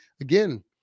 again